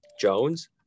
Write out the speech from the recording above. Jones